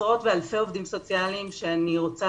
עשרות ואלפי עובדים סוציאליים שאני רוצה